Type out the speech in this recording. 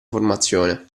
formazione